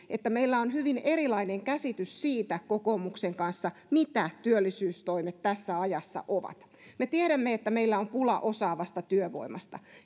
että meillä on hyvin erilainen käsitys kokoomuksen kanssa siitä mitä työllisyystoimet tässä ajassa ovat me tiedämme että meillä on pula osaavasta työvoimasta